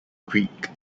greek